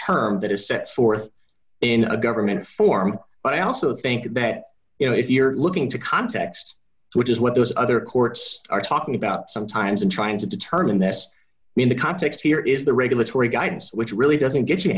term that is set forth in a government form but i also think that you know if you're looking to context which is what those other courts are talking about sometimes and trying to determine this in the context here is the regulatory guidance which really doesn't get you